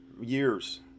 years